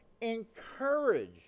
Encourage